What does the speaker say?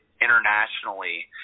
internationally